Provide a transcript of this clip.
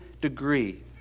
degree